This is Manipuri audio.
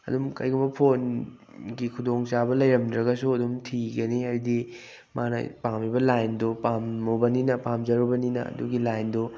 ꯑꯗꯨꯝ ꯀꯩꯒꯨꯝꯕ ꯐꯣꯟꯒꯤ ꯈꯨꯗꯣꯡꯆꯥꯕ ꯂꯩꯔꯝꯗ꯭ꯔꯒꯁꯨ ꯑꯗꯨꯝ ꯊꯤꯒꯅꯤ ꯍꯥꯏꯗꯤ ꯃꯥꯅ ꯄꯥꯝꯃꯤꯕ ꯂꯥꯏꯟꯗꯨ ꯄꯥꯝꯃꯨꯕꯅꯤꯅ ꯄꯥꯝꯖꯔꯨꯕꯅꯤꯅ ꯑꯗꯨꯒꯤ ꯂꯥꯏꯟꯗꯨ